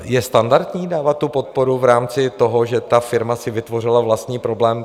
Je standardní dávat tu podporu v rámci toho, že ta firma si vytvořila vlastní problémy?